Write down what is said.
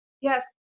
Yes